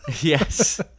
yes